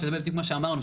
שזה בדיוק מה שאמרנו,